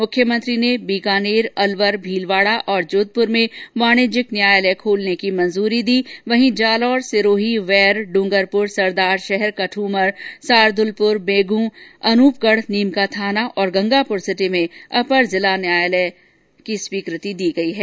मुख्यमंत्री ने बीकानेर अलवर भीलवाड़ा एवं जोधप्र में वाणिज्यिक न्यायालय खोलने को मंजूरी दी वहीं जॉलोर सिरोही वैर डूंगरप्र सरदार शहर कदूमर सार्दलपुर बेगू अनूपगढ़ नीमकाथाना तथा गंगापुर सिटी में अपर जिला न्यायाधीश न्यायालय की स्वीकृति दी है